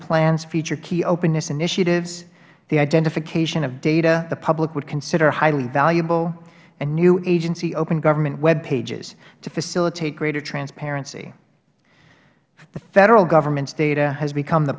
plans feature key openness initiatives the identification of data the public would consider highly valuable and new agency open government web pages to facilitate greater transparency the federal governments data has become the